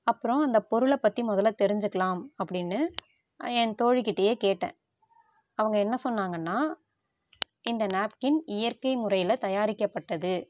அப்றம் அந்த பொருளை பற்றி முதல்ல தெரிஞ்சிக்கலாம் அப்படின்னு என் தோழிகிட்டேயே கேட்டேன் அவங்க என்ன சொன்னாங்கன்னா இந்த நாப்கின் இயற்கை முறையில் தயாரிக்கப்பட்டது